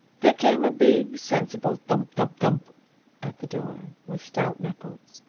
there came a big, sensible thump-thump-thump at the door, with stout knuckles.